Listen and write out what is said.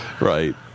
Right